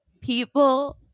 people